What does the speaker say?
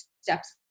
steps